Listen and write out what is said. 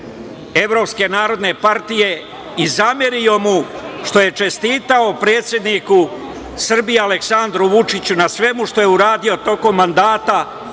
Evropske narodne partije, i zamerio mu što je čestitao predsedniku Srbije, Aleksandru Vučiću na svemu što je uradio tokom mandata